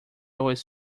always